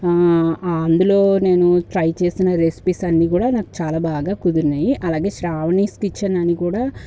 అందులో నేను ట్రై చేసిన రెసిపీస్ అన్నీ నాకు చాలా బాగా కుదిరినాయి అలాగే శ్రావణి కిచెన్ అని కూడా